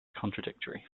contradictory